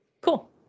cool